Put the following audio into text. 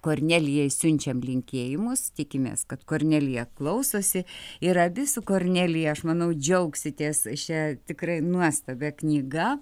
kornelijai siunčiam linkėjimus tikimės kad kornelija klausosi ir abi su kornelija aš manau džiaugsitės šia tikrai nuostabia knyga